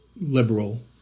liberal